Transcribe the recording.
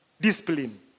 discipline